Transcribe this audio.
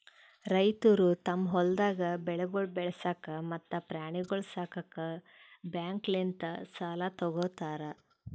ರೈತುರು ತಮ್ ಹೊಲ್ದಾಗ್ ಬೆಳೆಗೊಳ್ ಬೆಳಸಾಕ್ ಮತ್ತ ಪ್ರಾಣಿಗೊಳ್ ಸಾಕುಕ್ ಬ್ಯಾಂಕ್ಲಿಂತ್ ಸಾಲ ತೊ ಗೋತಾರ್